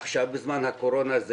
עכשיו בזמן הקורונה,